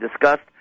discussed